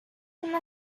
una